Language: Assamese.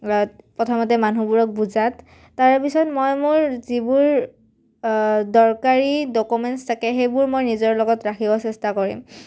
প্ৰথমতে মানুহবোৰক বুজাত তাৰে পিছত মই মোৰ যিবোৰ দৰকাৰী ডকুমেণ্টছ থাকে সেইবোৰ মই নিজৰ লগত ৰাখিব চেষ্টা কৰিম